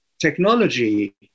technology